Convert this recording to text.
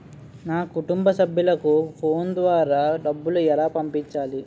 నా కుటుంబ సభ్యులకు ఫోన్ ద్వారా డబ్బులు ఎలా పంపించాలి?